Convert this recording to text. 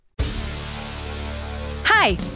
hi